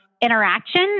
interaction